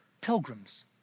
pilgrims